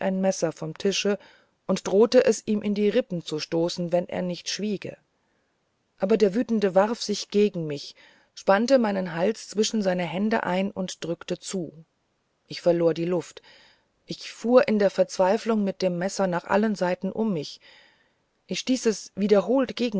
messer vom tische und drohte es ihm in die rippen zu stoßen wenn er nicht schwiege aber der wütende warf sich gegen mich spannte meinen hals zwischen seine hände ein und drückte zu ich verlor die luft ich fuhr in der verzweiflung mit dem messer nach allen seiten um mich ich stieß es wiederholt